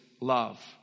love